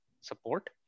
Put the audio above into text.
support